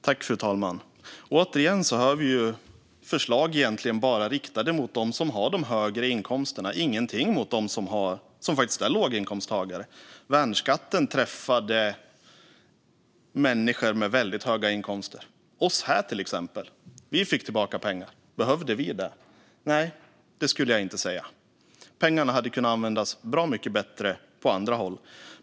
Fru talman! Återigen hör vi förslag som egentligen bara är riktade till dem som har de högre inkomsterna och ingenting till dem som är låginkomsttagare. Värnskatten träffade människor med väldigt höga inkomster, till exempel oss här. Vi fick tillbaka pengar. Behövde vi det? Nej, det skulle jag inte säga. Pengarna hade kunnat användas bra mycket bättre på andra håll.